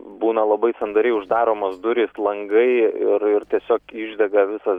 būna labai sandariai uždaromos durys langai ir ir tiesiog išdega visas